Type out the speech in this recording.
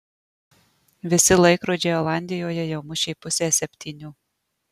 visi laikrodžiai olandijoje jau mušė pusę septynių